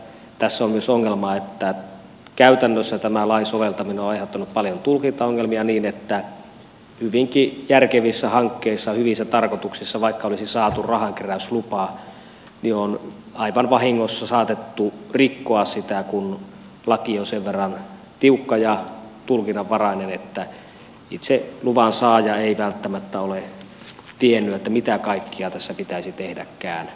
tässä on myös se ongelma että käytännössä tämän lain soveltaminen on aiheuttanut paljon tulkintaongelmia niin että hyvinkin järkevissä hankkeissa hyvissä tarkoituksissa vaikka olisi saatu rahankeräyslupa on aivan vahingossa saatettu rikkoa lakia se kun on sen verran tiukka ja tulkinnanvarainen että itse luvansaaja ei välttämättä ole tiennyt mitä kaikkea tässä pitäisi tehdäkään